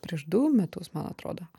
prieš du metus man atrodo